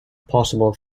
possible